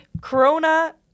corona